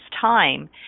time